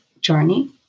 journey